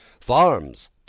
farms